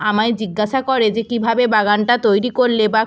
আমায় জিজ্ঞাসা করে যে কীভাবে বাগানটা তৈরি করলে বা